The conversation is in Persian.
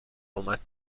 کمک